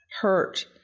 hurt